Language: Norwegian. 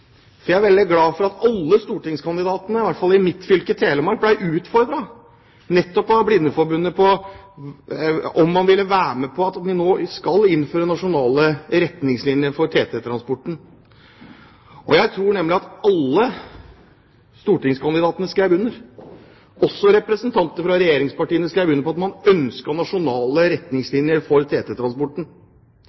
hjelp. Jeg er veldig glad for at alle stortingskandidatene – i hvert fall i mitt fylke, Telemark – ble utfordret nettopp av Blindeforbundet på om man ville være med på at vi nå skal innføre nasjonale retningslinjer for TT-transporten. Jeg tror nemlig at alle stortingskandidatene skrev under; også representanter fra regjeringspartiene skrev under på at man ønsket nasjonale retningslinjer for